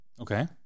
Okay